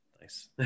nice